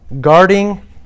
Guarding